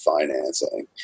financing